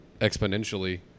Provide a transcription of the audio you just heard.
exponentially